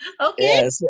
Okay